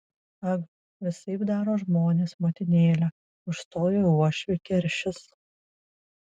ag visaip daro žmonės motinėle užstojo uošvį keršis